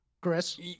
Chris